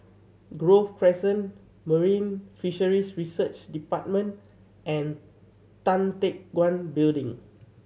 Grove Crescent Marine Fisheries Research Department and Tan Teck Guan Building